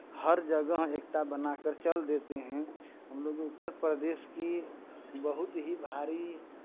हर जगह एकता बना कर चल देते हैं हम लोग उत्तर प्रदेश की बहुत ही भारी